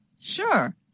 Sure